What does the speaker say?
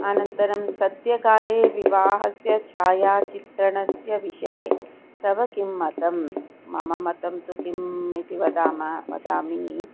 अनन्तरं सद्यःकाले विवाहस्य छायाचित्रणस्य विषये तव किं मतं मम मतं तु किम् इति वदामः वदामि